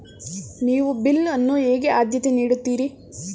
ನೀವು ಬಿಲ್ ಅನ್ನು ಹೇಗೆ ಆದ್ಯತೆ ನೀಡುತ್ತೀರಿ?